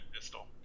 pistol